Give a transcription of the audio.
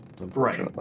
Right